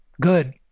good